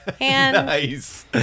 Nice